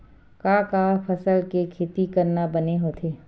का का फसल के खेती करना बने होथे?